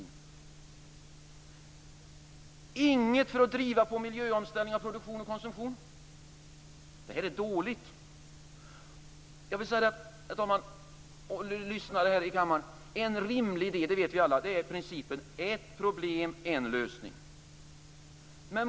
Det finns ingenting för att driva på en miljöomställning av produktion och konsumtion. Det här är dåligt! Herr talman och ni som lyssnar i denna kammare! En rimlig del, och detta vet vi alla, är principen ett problem, en lösning.